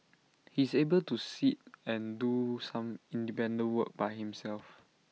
he's able to sit and do some independent work by himself